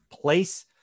place